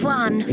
one